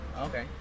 Okay